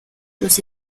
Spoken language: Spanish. los